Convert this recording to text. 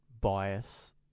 bias